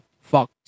fuck